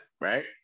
right